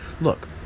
look